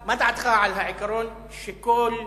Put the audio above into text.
מה דעתך על העיקרון שכולם